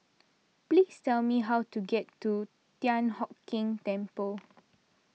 please tell me how to get to Thian Hock Keng Temple